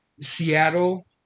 Seattle